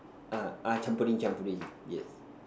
ah I trampoline trampoline yes